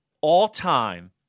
all-time